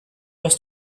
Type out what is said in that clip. was